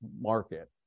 market